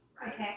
Okay